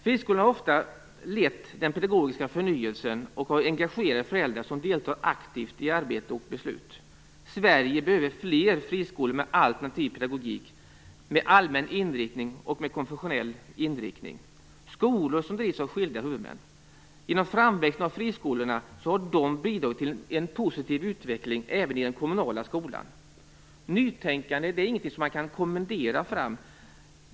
Friskolorna har ofta lett den pedagogiska förnyelsen och har engagerat föräldrar som deltar aktivt i arbete och beslut. Sverige behöver fler friskolor med alternativ pedagogik, med allmän inriktning och med konfessionell inriktning, skolor som drivs av skilda huvudmän. Framväxten av friskolor har bidragit till en positiv utveckling även i den kommunala skolan. Nytänkande är ingenting som man kan kommendera fram.